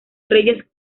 reyes